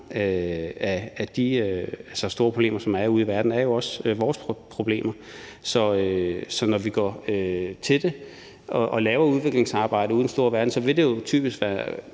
af de store problemer, som er ude i verden, er også vores problemer, så når vi går til det og laver udviklingsarbejde ude i den store verden, vil det jo typisk være